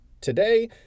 today